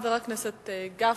חבר הכנסת גפני.